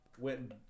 went